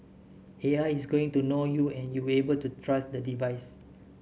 A I is going to know you and you will able to trust the device